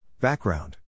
Background